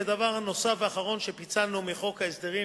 דבר נוסף ואחרון שפיצלנו מחוק ההסדרים,